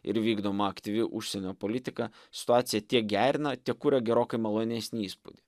ir vykdoma aktyvi užsienio politika situaciją tiek gerina tiek kuria gerokai malonesnį įspūdį